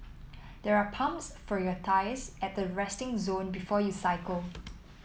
there are pumps for your tyres at the resting zone before you cycle